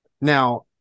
now